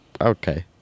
okay